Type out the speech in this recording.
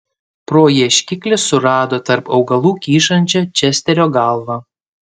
pro ieškiklį surado tarp augalų kyšančią česterio galvą